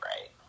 right